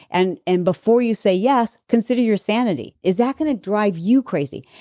and and before you say yes consider your sanity. is that going to drive you crazy?